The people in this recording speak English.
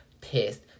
pissed